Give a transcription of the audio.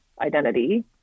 identity